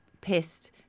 pissed